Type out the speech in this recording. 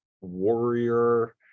warrior